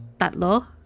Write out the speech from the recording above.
Tatlo